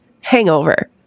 hangover